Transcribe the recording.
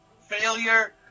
failure